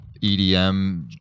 EDM